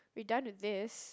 we done with this